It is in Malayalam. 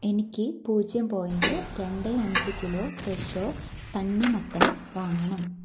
എനിക്ക് പൂജ്യം പോയിൻറ്റ് രണ്ട് അഞ്ച് കിലോ ഫ്രെഷോ തണ്ണിമത്തൻ വാങ്ങണം